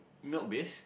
milk base